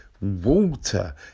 Water